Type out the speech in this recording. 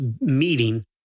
meeting